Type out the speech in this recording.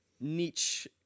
niche